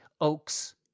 oaks